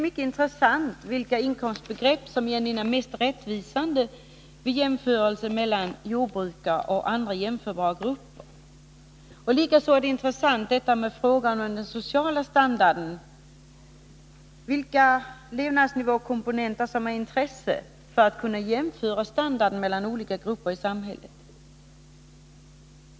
Frågan vilket inkomstgrepp som är mest rättvisande vid en jämförelse mellan jordbrukare och andra liknande grupper är mycket intressant. Likaså är frågan om den sociala standarden intressant, t.ex. spörsmålet om vilka levnadsnivåkomponenter som är av intresse för att man skall kunna jämföra standarden mellan olika grupper i samhället.